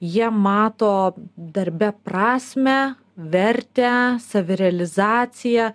jie mato darbe prasmę vertę savirealizaciją